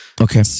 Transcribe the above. okay